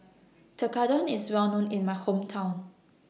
Tekkadon IS Well known in My Hometown